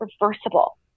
reversible